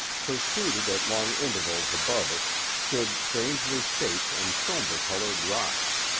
protruded at long intervals above it, stood strangely shaped and somber-colored rocks,